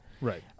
Right